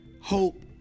hope